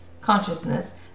consciousness